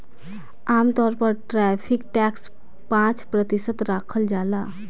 आमतौर पर tariff tax पाँच प्रतिशत राखल जाला